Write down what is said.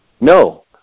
no